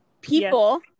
people